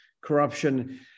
corruption